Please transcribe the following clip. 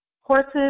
horses